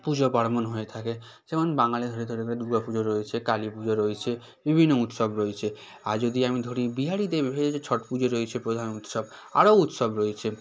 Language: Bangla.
পুজো পার্বণ হয়ে থাকে যেমন বাঙালি দুর্গা পুজো রয়েছে কালী পুজো রয়েছে বিভিন্ন উৎসব রয়েছে আর যদি আমি ধরি বিহারিদের ছট পুজো রয়েছে প্রধান উৎসব আরও উৎসব রয়েছে